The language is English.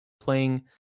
playing